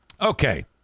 Okay